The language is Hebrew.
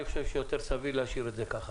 אבל אני חושב שיותר סביר להשאיר את זה כמו שזה.